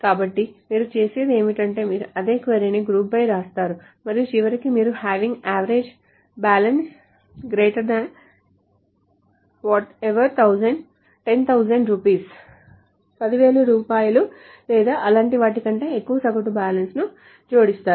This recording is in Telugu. కాబట్టి మీరు చేసేది ఏమిటంటే మీరు అదే క్వరీ ను group by వ్రాస్తారు మరియు చివరికి మీరు HAVING average balance greater than whatever 10000 rupees 10000 రూపాయలు లేదా అలాంటి వాటి కంటే ఎక్కువ సగటు బ్యాలెన్స్ ని జోడిస్తారు